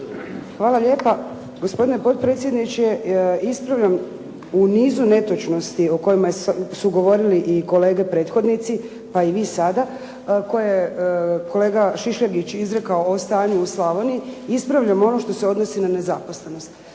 Hvala lijepa, gospodine potpredsjedniče, ispravljam u nizu netočnosti o kojima su govorili i kolege prethodnici, pa i vi sada, koje je kolega Šišljagić izrekao o stanju u Slavoniji, ispravljam ono što se odnosi na nezaposlenost.